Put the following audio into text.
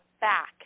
back